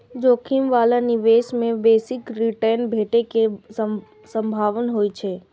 जोखिम बला निवेश मे बेसी रिटर्न भेटै के संभावना होइ छै